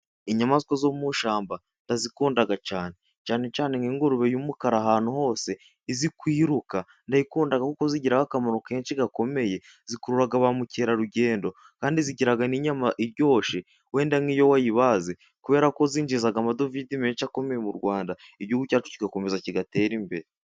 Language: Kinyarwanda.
Inyamaswa zo mu ishyamba, ndazikunda cyane. Cyane cyane nk’ingurube y’umukara ahantu hose, izikwiruka, ndayikunda, kuko zigira akamaro kenshi gakomeye. Zikurura ba mukerarugendo, kandi zigira n’inyama iryoshye, wenda nk’iyo wayibaze, kubera ko zinjiza amadovize menshi akomeye mu Rwanda, igihugu cyacu kigakomeza kigatera imbere.